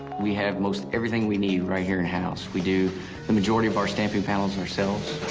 we have most everything we need right here in house we do the majority of our stamping panels ourselves,